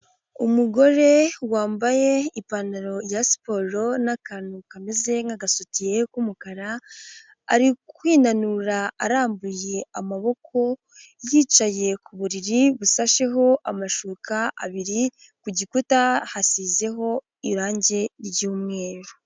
Umugore wambaye ipantaro ya siporo n'akantu kameze nk'agasutiye k'umukara, ari kwinanura arambuye amaboko, yicaye ku buriri busasheho amashuka abiri, ku gikuta hasizeho irange ry'umweru.